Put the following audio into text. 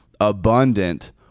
abundant